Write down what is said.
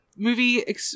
movie